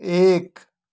एक